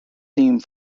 theme